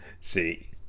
See